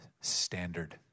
Standard